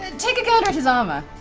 and take a gander at his armor.